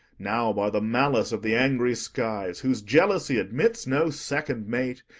now by the malice of the angry skies, whose jealousy admits no second mate,